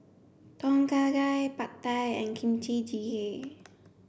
Tom Kha Gai Pad Thai and Kimchi Jjigae